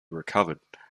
recovered